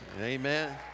amen